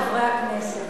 חברי חברי הכנסת,